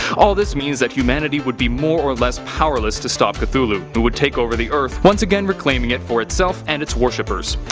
all this means that humanity would be more or less powerless to stop cthulhu, who would take over the earth, once again reclaiming it for itself and its worshippers.